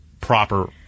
proper